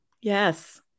Yes